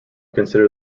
considered